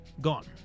gone